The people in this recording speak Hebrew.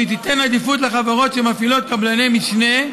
שתיתן עדיפות לחברות שמפעילות קבלני משנה,